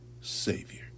savior